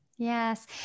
Yes